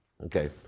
Okay